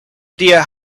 idea